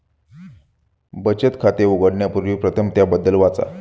बचत खाते उघडण्यापूर्वी प्रथम त्याबद्दल वाचा